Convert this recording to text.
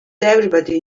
everybody